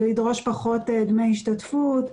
לדרוש פחות דמי השתתפות,